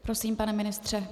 Prosím, pane ministře.